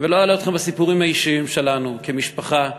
ולא אלאה אתכם בסיפורים האישיים שלנו כמשפחה,